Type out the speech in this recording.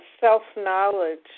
self-knowledge